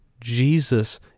Jesus